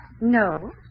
No